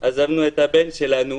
השארנו את הבן שלנו